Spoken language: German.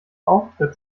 auftritt